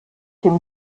dem